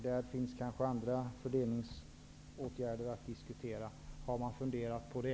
Där finns kanske fler fördelningsåtgärder att diskutera. Har man funderat på det?